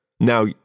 Now